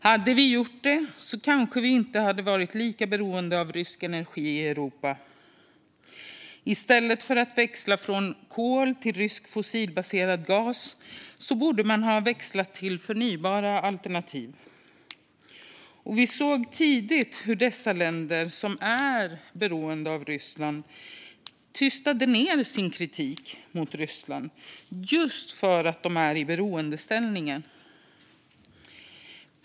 Hade vi gjort det kanske vi inte hade varit lika beroende av rysk energi i Europa. I stället för att växla från kol till rysk fossilbaserad gas borde man ha växlat till förnybara alternativ. Vi såg tidigt hur de länder som är beroende av Ryssland tystade ned sin kritik mot landet just för att de är i en beroendeställning.